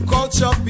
Culture